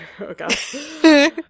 Okay